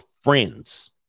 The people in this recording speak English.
friends